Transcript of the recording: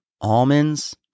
almonds